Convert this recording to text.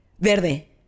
Verde